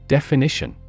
Definition